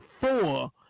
four